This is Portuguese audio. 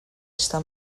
está